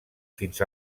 fins